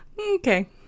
okay